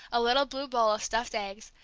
a little blue bowl of stuffed eggs,